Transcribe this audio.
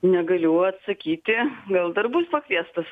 negaliu atsakyti gal dar bus pakviestas